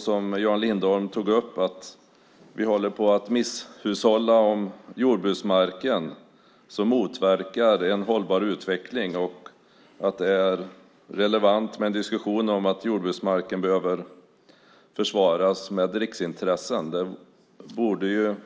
Som Jan Lindholm sade håller vi på att misshushålla med jordbruksmarken, vilket motverkar en hållbar utveckling. Därför är det relevant att föra en diskussion om att jordbruksmarken behöver försvaras i form av riksintresse. Det borde